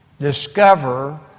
discover